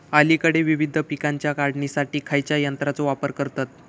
अलीकडे विविध पीकांच्या काढणीसाठी खयाच्या यंत्राचो वापर करतत?